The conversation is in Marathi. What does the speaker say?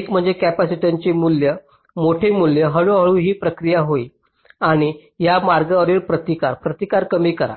एक म्हणजे कॅपेसिटन्सचे मूल्य मोठे मूल्य हळू हळू ही प्रक्रिया होईल आणि या मार्गांवरील प्रतिकार प्रतिकार कमी करा